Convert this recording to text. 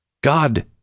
God